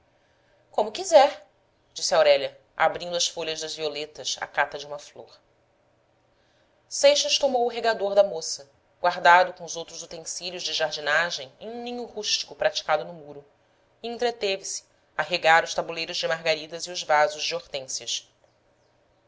como quiser disse aurélia abrindo as folhas das violetas à cata de uma flor seixas tomou o regador da moça guardado com os outros utensílios de jardinagem em um ninho rústico praticado no muro e entreteve se a regar os tabuleiros de margaridas e os vasos de hortênsias